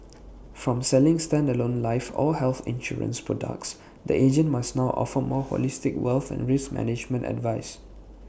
from selling standalone life or health insurance products the agent must now offer more holistic wealth and risk management advice